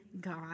God